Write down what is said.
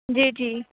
جی جی